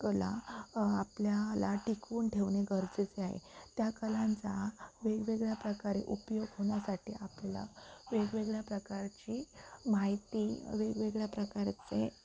कला आपल्याला टिकवून ठेवणे गरजेचे आहे त्या कलांचा वेगवेगळ्या प्रकारे उपयोग होण्यासाठी आपल्याला वेगवेगळ्या प्रकारची माहिती वेगवेगळ्या प्रकारचे